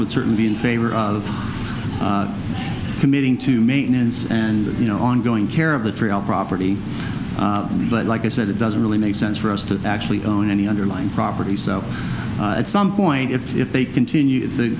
would certainly be in favor of committing to maintenance and you know ongoing care of the tree of property but like i said it doesn't really make sense for us to actually own any underlying property so at some point if they continue the